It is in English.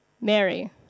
Mary